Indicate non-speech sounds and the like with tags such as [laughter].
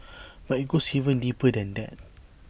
[noise] but IT goes even deeper than that